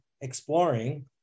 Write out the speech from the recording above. exploring